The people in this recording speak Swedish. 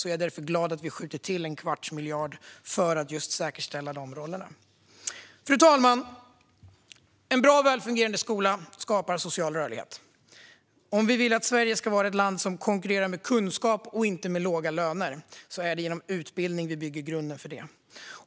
Jag är därför glad att vi skjuter till en kvarts miljard för att säkerställa de rollerna. Fru talman! En bra och välfungerande skola skapar social rörlighet. Om vi vill att Sverige ska vara ett land som konkurrerar med kunskap och inte med låga löner är det genom utbildning vi bygger grunden för detta.